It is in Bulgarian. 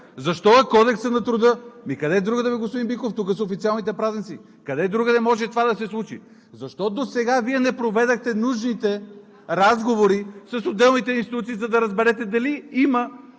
Защо в Кодекса на труда? Ами къде другаде бе, господин Биков – тук са официалните празници. Къде другаде може това да се случи? Защо досега Вие не проведохте нужните разговори с отделните институции, за да разберете дали